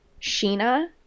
Sheena